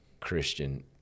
Christian